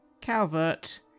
Calvert